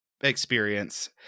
experience